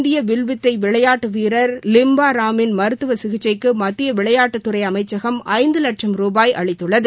இந்தியவில்வித்தைவிளையாட்டுவீரர் லிம்பாராமின் முன்னாள் மருத்துவசிகிச்சைக்குமத்தியவிளையாட்டுத் துறைஅமைச்சகம் ஐந்துவட்சம் ரூபாய் அளித்துள்ளது